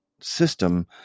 system